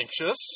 anxious